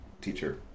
teacher